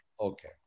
Okay